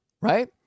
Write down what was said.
right